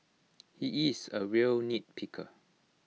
he is A real nitpicker